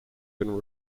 been